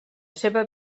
seva